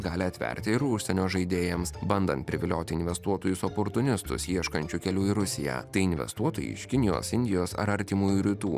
gali atverti ir užsienio žaidėjams bandant privilioti investuotojus oportunistus ieškančių kelių į rusiją tai investuotojai iš kinijos indijos ar artimųjų rytų